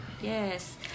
Yes